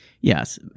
Yes